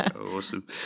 awesome